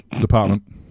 department